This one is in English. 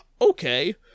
Okay